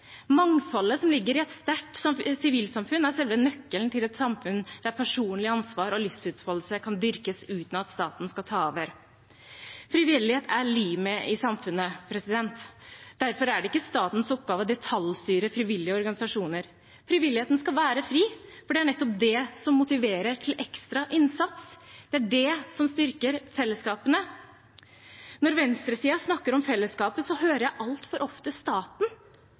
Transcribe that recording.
Mangfoldet som ligger i et sterkt sivilsamfunn, er selve nøkkelen til et samfunn der personlig ansvar og livsutfoldelse kan dyrkes uten at staten skal ta over. Frivillighet er limet i samfunnet. Derfor er det ikke statens oppgave å detaljstyre frivillige organisasjoner. Frivilligheten skal være fri, for det er nettopp det som motiverer til ekstra innsats, det er det som styrker fellesskapene. Når venstresiden snakker om fellesskapet, hører jeg altfor ofte staten.